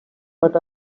but